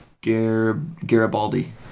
Garibaldi